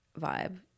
vibe